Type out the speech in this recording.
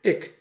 ik